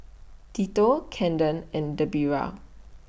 Tito Caden and Debera